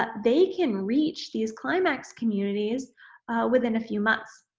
ah they can reach these climax communities within a few months.